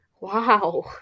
wow